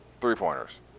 three-pointers